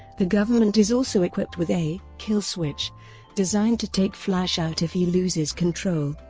the government is also equipped with a kill switch designed to take flash out if he loses control.